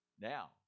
now